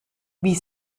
wie